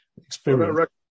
experience